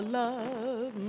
love